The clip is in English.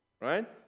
right